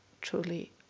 truly